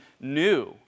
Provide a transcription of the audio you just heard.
new